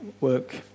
work